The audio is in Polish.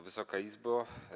Wysoka Izbo!